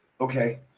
Okay